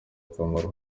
akamaro